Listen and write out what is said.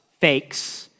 fakes